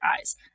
eyes